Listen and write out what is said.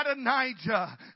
Adonijah